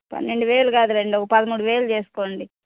పన్నెండు వేలు కాదులేండి ఒక పదమూడు వేలు చేసుకోండి